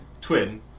Twin